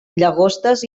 llagostes